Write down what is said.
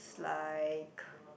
like